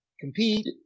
compete